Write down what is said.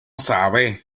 sabes